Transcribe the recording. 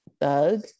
Thug